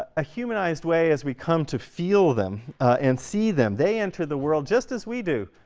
ah a humanized way as we come to feel them and see them. they enter the world just as we do,